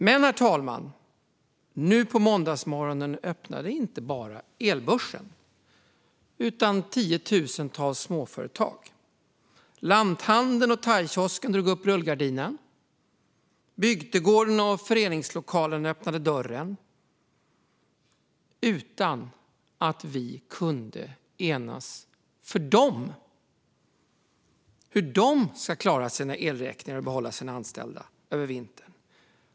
Men, herr talman, nu på måndagsmorgonen öppnade inte bara elbörsen utan tiotusentals småföretag. Lanthandeln och thaikiosken drog upp rullgardinen, och bygdegården och föreningslokalen öppnade dörren, utan att vi har kunnat enas för dem - hur de ska kunna klara sina elräkningar och behålla sina anställda över vintern.